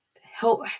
help